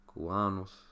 cubanos